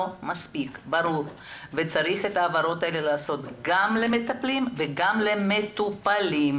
מספיק ברור וצריך לעשות את ההבהרות גם למטפלים וגם למטופלים.